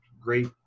great